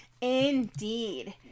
Indeed